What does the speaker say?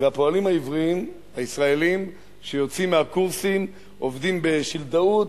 והפועלים העברים הישראלים שיוצאים מהקורסים עובדים בשילדאות,